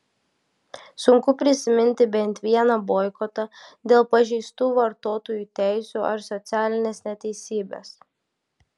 sunku prisiminti bent vieną boikotą dėl pažeistų vartotojų teisių ar socialinės neteisybės